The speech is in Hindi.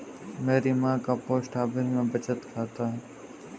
मेरी मां का पोस्ट ऑफिस में बचत खाता है